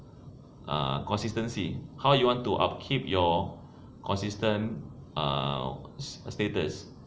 ah consistency how you want to keep your consistent ah status